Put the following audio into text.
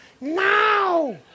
now